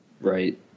Right